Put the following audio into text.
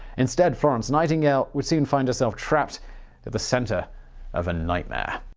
instead, florence nightingale would soon find herself trapped at the center of a nightmare.